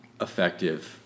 effective